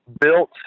built